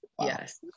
Yes